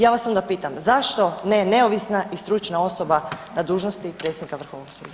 Ja vas onda pitam, zašto ne neovisna i stručna osoba na dužnosti predsjednika Vrhovnog suda?